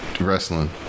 wrestling